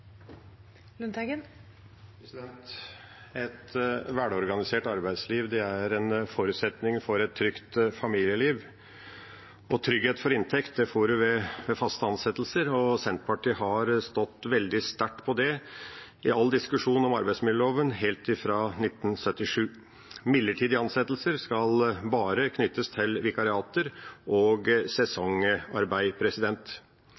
en forutsetning for et trygt familieliv. Trygghet for inntekt får en ved faste ansettelser. Senterpartiet har stått veldig sterkt på det i all diskusjon om arbeidsmiljøloven helt fra 1977. Midlertidige ansettelser skal bare knyttes til vikariater og